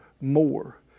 more